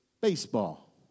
baseball